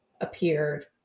appeared